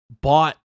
bought